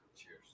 Cheers